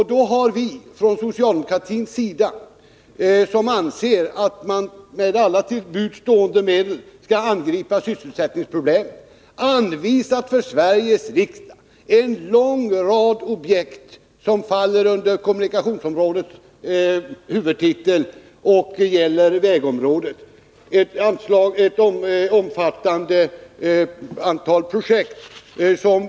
Vi inom socialdemokratin, som anser att man med alla till buds stående medel skall angripa sysselsättningsproblemen, anvisar för Sveriges riksdag en lång rad objekt som faller under kommunikationsdepartementets huvudtitel och som gäller vägområdet.